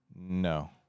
No